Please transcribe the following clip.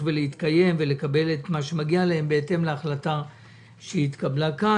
להתקיים ולקבל את מה שמגיע להם בהתאם להחלטה שהתקבלה כאן.